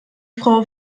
frau